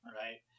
right